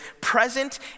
present